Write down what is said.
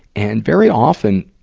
and very often,